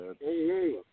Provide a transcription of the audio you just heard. Hey